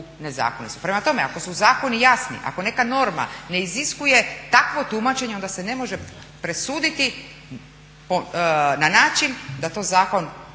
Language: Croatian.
nezakonitost. Prema tome, ako su zakoni jasni, ako neka norma ne iziskuje takvo tumačenje, onda se ne može presuditi na način da to zakon